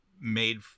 made